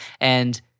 And-